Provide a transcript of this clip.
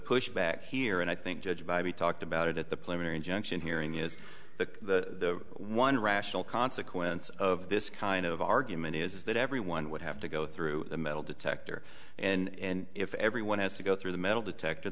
pushback here and i think judge by we talked about it at the plenary injunction hearing is the one rational consequence of this kind of argument is that everyone would have to go through a metal detector and if everyone has to go through the metal detector